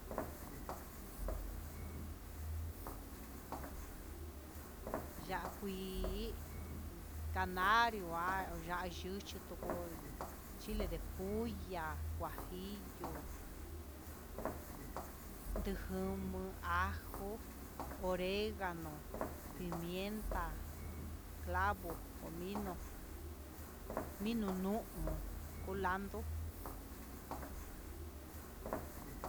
Ya'a'kuii, canario há ya'a'yuchi toko, chile de pulla, huajillo, ndujumu ajó, oregano, pimienta, clavo, cominó, mino nu'u, culando.